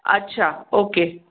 अच्छा ओके